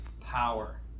power